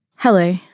Hello